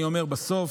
אני אומר בסוף,